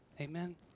Amen